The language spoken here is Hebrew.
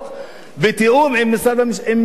בתיאום עם הממשלה.